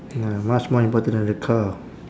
ya much more important than a car